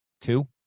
two